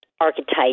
archetype